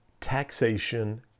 Taxation